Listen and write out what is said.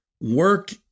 work